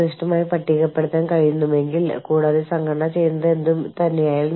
ലോകമെമ്പാടുമുള്ള ജീവനക്കാരുടെ ആവശ്യങ്ങളിൽ തുടർച്ചയായ മാറ്റം